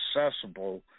accessible